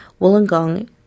Wollongong